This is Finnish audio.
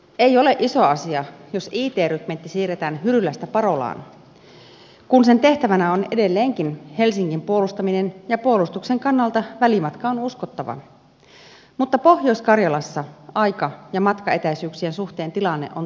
ei ole iso asia jos it rykmentti siirretään hyrylästä parolaan kun sen tehtävänä on edelleenkin helsingin puolustaminen ja puolustuksen kannalta välimatka on uskottava mutta pohjois karjalassa aika ja matkaetäisyyksien suhteen tilanne on toinen